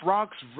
Rocks